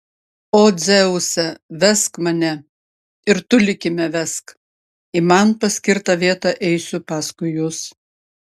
o dzeuse vesk mane ir tu likime vesk į man paskirtą vietą eisiu paskui jus